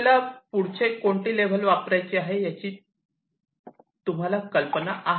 आपल्याला पुढचे कोणती लेव्हल वापरायची आहे याची कल्पना आहे